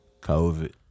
COVID